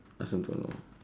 I also don't know